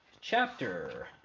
chapter